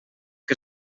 que